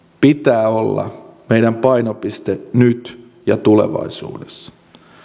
pitää olla meidän painopisteemme nyt ja tulevaisuudessa